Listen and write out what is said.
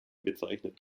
bezeichnet